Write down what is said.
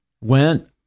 went